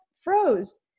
froze